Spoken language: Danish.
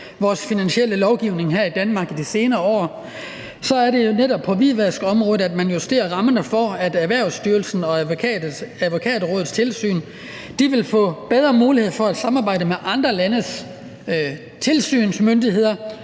vores finansielle lovgivning her i Danmark i de senere år, justerer man rammerne for Erhvervsstyrelsens og Advokatrådets tilsyn, så myndighederne vil få bedre mulighed for at samarbejde med andre landes tilsynsmyndigheder